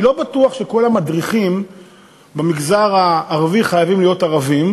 אני לא בטוח שכל המדריכים במגזר הערבי חייבים להיות ערבים,